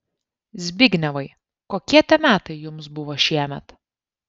zbignevai kokie tie metai jums buvo šiemet